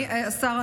אדוני השר,